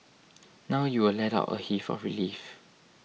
now you will let out a heave of relief